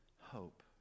hope